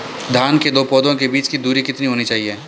धान के दो पौधों के बीच की दूरी कितनी होनी चाहिए?